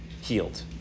healed